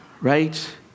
right